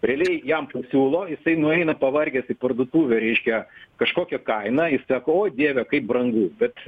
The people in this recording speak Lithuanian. realiai jam pasiūlo jisai nueina pavargęs į parduotuvę reiškia kažkokia kaina jis sako o dieve kaip brangu bet